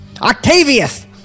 Octavius